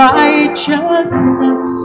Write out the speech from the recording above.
righteousness